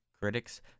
Critics